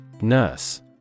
Nurse